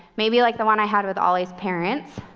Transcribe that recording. maybe like the one i had with ollie's parents,